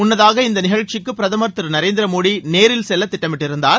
முன்னதாக இந்த நிகழ்ச்சிக்கு பிரதமர் திரு நரேந்திர மோடி நேரில் செல்ல திட்டமிட்டிருந்தார்